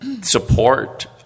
support